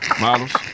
models